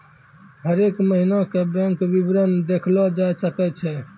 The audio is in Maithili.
हरेक महिना के बैंक विबरण देखलो जाय सकै छै